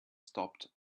stopped